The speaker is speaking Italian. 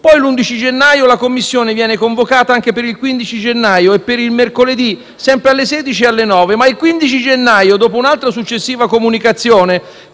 seduta delle Commissioni riunite viene convocata anche per il 15 gennaio e per il mercoledì, sempre alle ore 16 e alle 9, ma il 15 gennaio, dopo un'altra successiva comunicazione